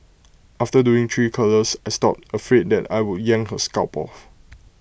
after doing three curlers I stopped afraid that I would yank her scalp off